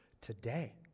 today